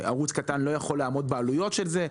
ערוץ קטן לא יכול לעמוד בעלויות של זה,